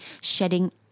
shedding